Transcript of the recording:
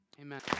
Amen